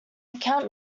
account